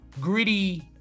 gritty